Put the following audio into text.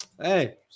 Hey